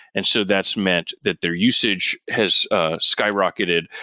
and so that's meant that their usage has ah skyrocketed,